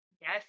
Yes